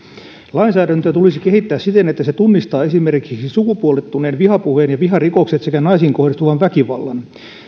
lainsäädäntöä tulisi kehittää siten että se tunnistaa esimerkiksi sukupuolittuneen vihapuheen ja viharikokset sekä naisiin kohdistuvan väkivallan